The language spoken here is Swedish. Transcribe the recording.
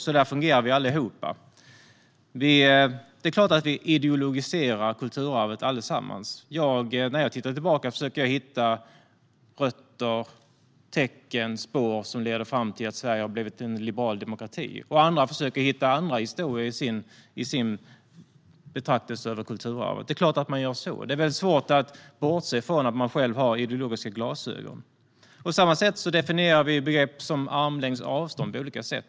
Så fungerar vi allihop. Det är klart att vi allesammans ideologiserar kulturarvet. När jag tittar tillbaka försöker jag hitta rötter, tecken och spår som leder fram till att Sverige har blivit en liberal demokrati. Andra försöker hitta andra historier i sin betraktelse över kulturarvet. Det är klart att man gör så. Det är svårt att bortse från att man själv har ideologiska glasögon. På samma sätt definierar vi begrepp som armlängds avstånd på olika sätt.